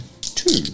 two